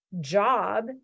job